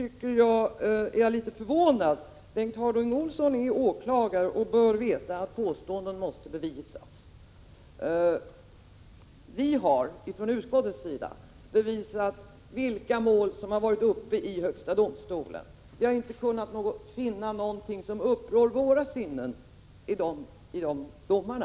Bengt Harding Olson är åklagare och bör veta att påståenden måste bevisas. Vi har från utskottets sida visat vilka mål som varit uppe i högsta domstolen. Vi har inte kunnat finna något som upprör våra sinnen i dessa domar.